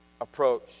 approach